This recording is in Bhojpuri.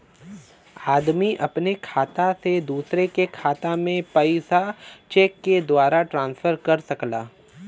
आदमी अपने खाता से दूसरे के खाता में पइसा चेक के द्वारा ट्रांसफर कर सकला